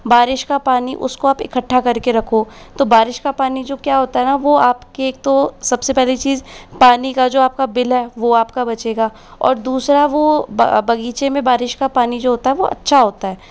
बारिश का पानी उसको आप इकट्ठा कर के रखो तो बारिश का पानी जो क्या होता है न वो आपकी एक तो सबसे पहली चीज़ पानी का जो आपका बिल है वह आपका बचेगा और दूसरा वो बा बगीचे में बारिश का पानी जो होता है वह अच्छा होता है